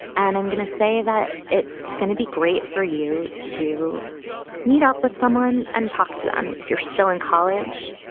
and i'm going to say that it's gonna be great for you to meet up with someone and talk to them if you're still in college.